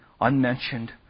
unmentioned